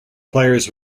players